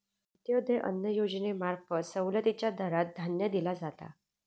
अंत्योदय अन्न योजनेंमार्फत सवलतीच्या दरात धान्य दिला जाता